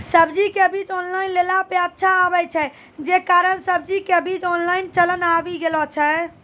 सब्जी के बीज ऑनलाइन लेला पे अच्छा आवे छै, जे कारण सब्जी के बीज ऑनलाइन चलन आवी गेलौ छै?